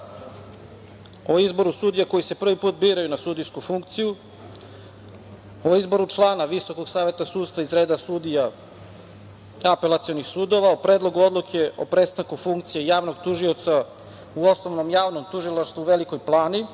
o izboru sudija koji se prvi put biraju na sudijsku funkciju, o izboru člana VSS iz reda sudija apelacionih sudova, o Predlogu odluke o prestanku funkcije Javnog tužioca u Osnovnom javnom tužilaštvu u Velikoj Plani,